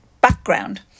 background